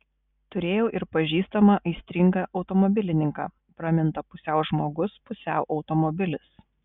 turėjau ir pažįstamą aistringą automobilininką pramintą pusiau žmogus pusiau automobilis